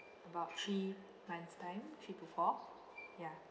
about three months' time three to four ya